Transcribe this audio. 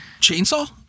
Chainsaw